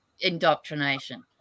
indoctrination